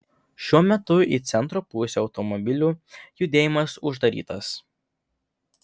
šiuo metu į centro pusę automobilių judėjimas uždarytas